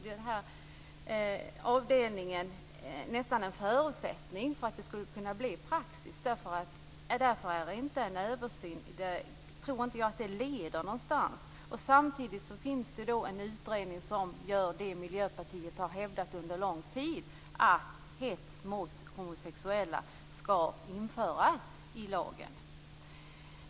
Det är nästan en förutsättning för att det skall kunna bli praxis. Jag tror därför inte att en översyn skulle leda någonstans. Samtidigt finns det en utredning som föreslår det Miljöpartiet under lång tid har hävdat, nämligen att straff för hets mot homosexuella skall införas i lagen.